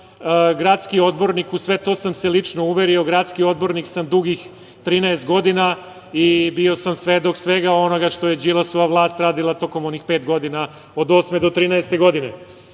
gradski odbornik, u sve to sam se lično uverio, gradski odbornik sam dugih 13 godina i bio sam svedok svega onoga što je Đilasova vlast radila tokom onih pet godina od 2008. do 2013. godine.A